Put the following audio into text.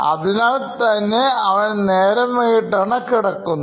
അതിനാൽ തന്നെ അവൻ നേരം വൈകിട്ടാണ് കിടക്കുന്നത്